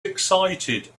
excited